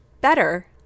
better